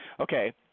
Okay